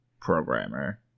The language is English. programmer